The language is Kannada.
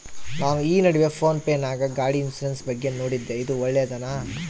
ನಾನು ಈ ನಡುವೆ ಫೋನ್ ಪೇ ನಾಗ ಗಾಡಿ ಇನ್ಸುರೆನ್ಸ್ ಬಗ್ಗೆ ನೋಡಿದ್ದೇ ಇದು ಒಳ್ಳೇದೇನಾ?